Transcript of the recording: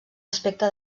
aspecte